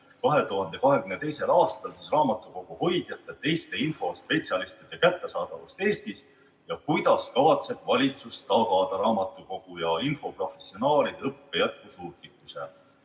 2022. aastal raamatukoguhoidjate ja teiste infospetsialistide kättesaadavust Eestis ja kuidas kavatseb valitsus tagada raamatukogu- ja infoprofessionaalide õppe jätkusuutlikkuse.